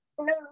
No